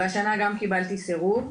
והשנה גם קיבלתי סירוב.